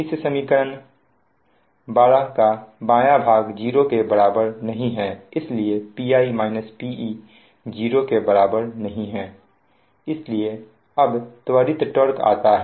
इस प्रकार समीकरण 12 का बाया भाग 0 के बराबर नहीं है इसलिए Pi - Pe 0 के बराबर नहीं है इसलिए अब त्वरित टार्क आता है